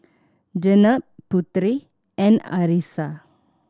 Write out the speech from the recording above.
Jenab Putri and Arissa